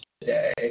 today